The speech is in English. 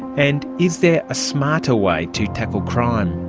and is there a smarter way to tackle crime?